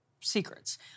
secrets